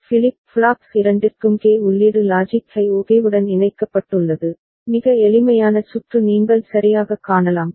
flip flops இரண்டிற்கும் K உள்ளீடு logic high ஓகேவுடன் இணைக்கப்பட்டுள்ளது மிக எளிமையான சுற்று நீங்கள் சரியாகக் காணலாம்